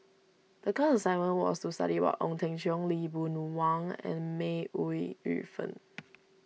the class assignment was to study about Ong Teng Cheong Lee Boon Wang and May Ooi Yu Fen